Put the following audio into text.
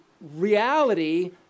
reality